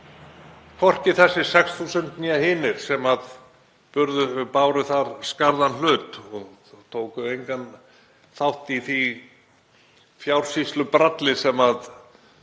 hvorki þessi 6.000 né hinir sem báru þar skarðan hlut og tóku engan þátt í því fjársýslubralli sem